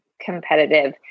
competitive